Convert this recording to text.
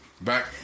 Back